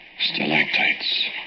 Stalactites